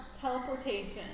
teleportation